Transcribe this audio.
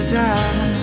down